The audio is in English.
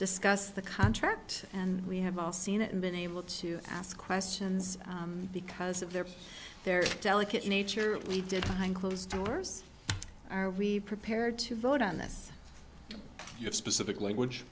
discuss the contract and we have all seen it and been able to ask questions because of their their delicate nature we did find closed doors are repaired to vote on this specific language